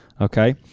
okay